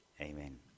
Amen